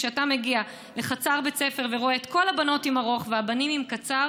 כשאתה מגיע לחצר בית הספר ורואה את כל הבנות עם ארוך והבנים עם קצר,